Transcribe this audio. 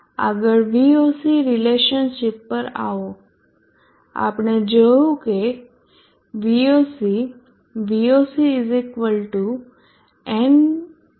આગળ Voc relationship પર આવો આપણે જોયું કે Voc થાય